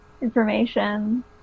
information